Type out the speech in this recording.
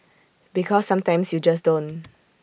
because sometimes you just don't